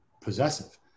possessive